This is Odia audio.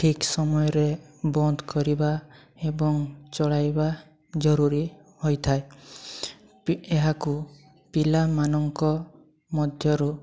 ଠିକ୍ ସମୟରେ ବନ୍ଦ କରିବା ଏବଂ ଚଳାଇବା ଜରୁରୀ ହୋଇଥାଏ ପି ଏହାକୁ ପିଲାମାନଙ୍କ ମଧ୍ୟରୁ